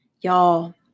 Y'all